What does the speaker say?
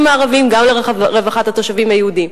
הערבים וגם לרווחת התושבים היהודים.